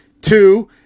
two